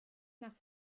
nach